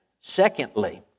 Secondly